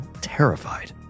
terrified